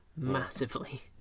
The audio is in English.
Massively